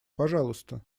пожалуйста